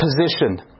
position